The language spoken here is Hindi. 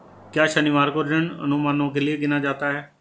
क्या शनिवार को ऋण अनुमानों के लिए गिना जाता है?